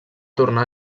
tornar